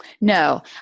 No